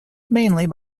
mainly